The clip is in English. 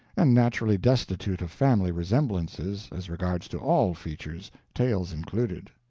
and naturally destitute of family resemblances, as regards to all features, tails included.